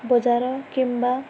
ବଜାର କିମ୍ବା